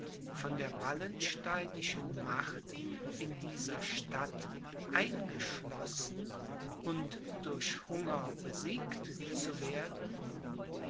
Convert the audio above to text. von der wallensteinischen macht in dieser stadt eingeschlossen und durch hunger besiegt zu werden